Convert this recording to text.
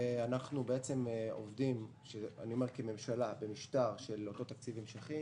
אנחנו עובדים כממשלה במשטר של אותו תקציב המשכי